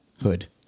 hood